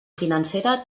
financera